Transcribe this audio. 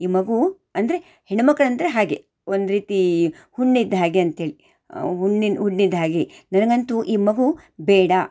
ಈ ಮಗು ಅಂದರೆ ಹೆಣ್ಣುಮಕ್ಳಂದ್ರೆ ಹಾಗೇ ಒಂದು ರೀತಿ ಹುಣ್ಣಿದ್ದ ಹಾಗೇ ಅಂತೇಳಿ ಹುಣ್ಣಿನ ಹುಣ್ಣಿದ್ದ ಹಾಗೇ ನನಗಂತೂ ಈ ಮಗು ಬೇಡ